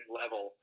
level